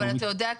אבל אתה יודע,